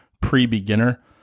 pre-beginner